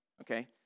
okay